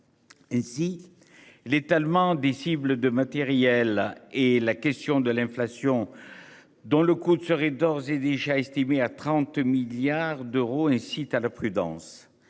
Ainsi. L'étalement des cibles de matériel et la question de l'inflation. Dont le coût serait d'ores et déjà estimée à 30 milliards d'euros incite à la prudence